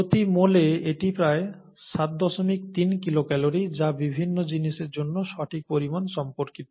প্রতি মোলে এটি প্রায় 73 কিলোক্যালোরি যা বিভিন্ন জিনিসের জন্য সঠিক পরিমাণ সম্পর্কিত